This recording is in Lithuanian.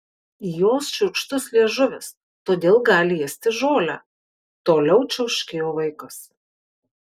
jos šiurkštus liežuvis todėl gali ėsti žolę toliau čiauškėjo vaikas